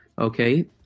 okay